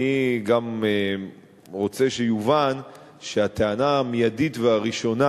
אני גם רוצה שיובן שהטענה המיידית והראשונה